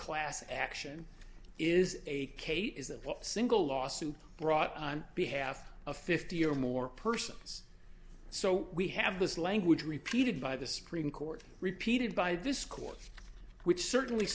class action is a case is that one single lawsuit brought on behalf of fifty or more persons so we have this language repeated by the supreme court repeated by this court which certainly